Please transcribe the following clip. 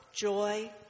joy